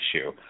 issue